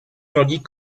tandis